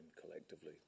collectively